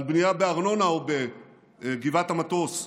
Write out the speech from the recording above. על בנייה בארנונה או בגבעת המטוס,